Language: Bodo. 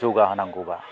जौगाहोनांगौबा